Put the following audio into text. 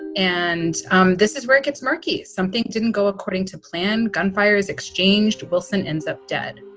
and um this is where it gets murky. something didn't go according to plan. gunfire is exchanged. wilson ends up dead.